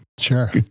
sure